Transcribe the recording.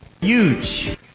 Huge